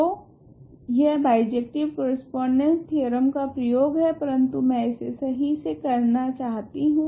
तो अब यह बाइजेक्टिव करस्पोंडेंस थेओरेम का प्रयोग है परंतु मैं इसे सही से करने चाहती हूँ